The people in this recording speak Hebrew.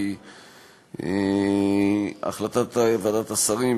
כי החלטת ועדת השרים,